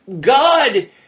God